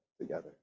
together